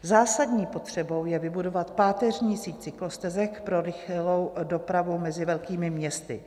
Zásadní potřebou je vybudovat páteřní síť cyklostezek pro rychlou dopravu mezi velkými městy.